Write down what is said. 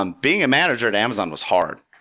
um being a manager at amazon was hard.